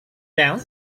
down